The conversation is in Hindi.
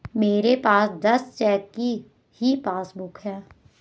मेरे पास दस चेक की ही चेकबुक है